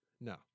no